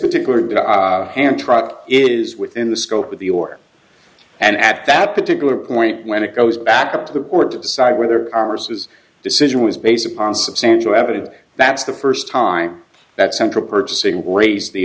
particular ham truck is within the scope of your and at that particular point when it goes back up to the court to decide whether armors his decision was based upon substantial evidence that's the first time that central purchasing raised the